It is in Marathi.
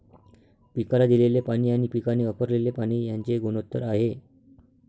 पिकाला दिलेले पाणी आणि पिकाने वापरलेले पाणी यांचे गुणोत्तर आहे